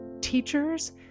teachers